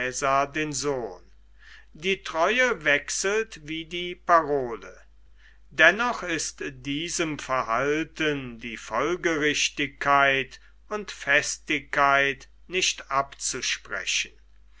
den sohn die treue wechselt wie die parole dennoch ist diesem verhalten die folgerichtigkeit und festigkeit nicht abzusprechen